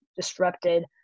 disrupted